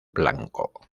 blanco